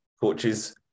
coaches